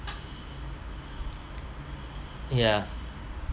yeah